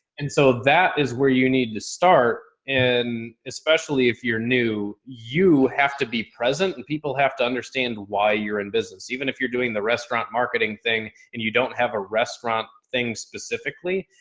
and so that is where you need to start. and especially if you're new, you have to be present and people have to understand why you're in business. even if you're doing the restaurant marketing thing and you don't have a restaurant thing specifically,